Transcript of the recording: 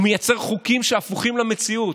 הוא ייצר חוקים שהפוכים למציאות.